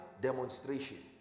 demonstration